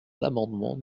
l’amendement